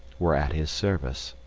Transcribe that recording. were at his service.